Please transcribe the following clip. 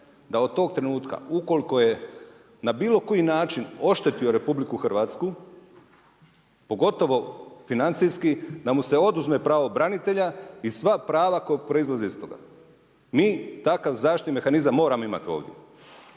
da od tog trenutka ukoliko je na bilo koji način oštetio RH pogotovo financijski da mu se oduzme pravo branitelja i sva prava koja proizlaze iz toga. Mi takav zaštitni mehanizam moramo imati ovdje,